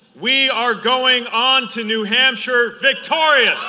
we are going on to new hampshire victorious